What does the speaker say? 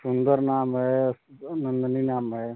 सुंदर नाम है नंदनी नाम है